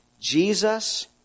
Jesus